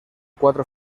cuatro